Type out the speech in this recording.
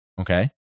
Okay